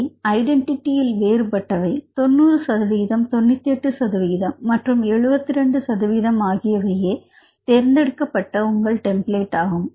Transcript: அவை ஐடென்டிட்டியில் வேறுபட்டவை 90 சதவிகிதம் 98 சதவிகிதம் மற்றும் 72 ஆகியவையே தேர்ந்தெடுக்கப்பட்ட உங்களின் டெம்ப்ளேட் ஆகும்